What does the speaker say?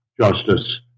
justice